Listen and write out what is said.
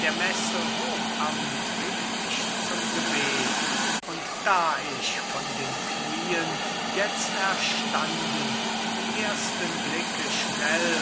der messe hochamt rief mich zum gebet und da ich von den knieen jetzt erstanden die ersten blicke schnell